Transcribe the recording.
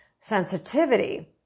sensitivity